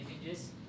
images